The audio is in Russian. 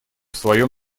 своем